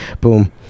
Boom